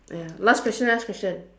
ya last question last question